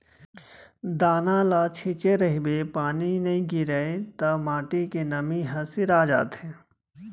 दाना ल छिंचे रहिबे पानी नइ गिरय त माटी के नमी ह सिरा जाथे